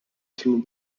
tin